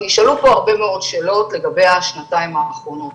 נשאלו פה הרבה מאוד שאלות לגבי השנתיים האחרונות,